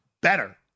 better